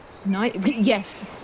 Yes